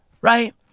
Right